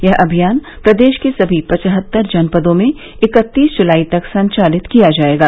यह अभियान प्रदेश के सभी पचहत्तर जनपदों में इकत्तीस जुलाई तक संचालित किया जायेगा